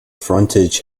frontage